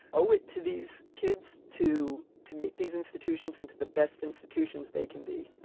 owe it to these kids to, to make these institutions into the best institutions they can be.